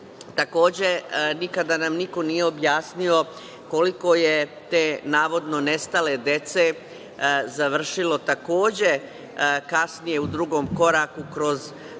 Nemačku. Takođe, nikada nam niko nije objasnio koliko je te navodno nestale dece završilo, takođe, kasnije u drugom koraku kroz legalan